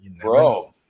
bro